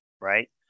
Right